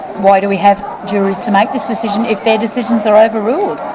why do we have juries to make this decision if their decisions are over-ruled?